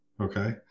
okay